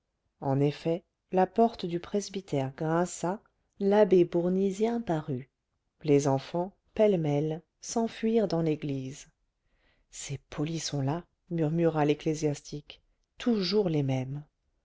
en effet la porte du presbytère grinça l'abbé bournisien parut les enfants pêle-mêle s'enfuirent dans l'église ces polissons là murmura l'ecclésiastique toujours les mêmes